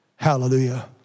Hallelujah